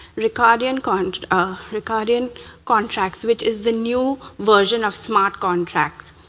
recardian kind of recardian contracts, which is the new version of smart contracts.